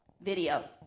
video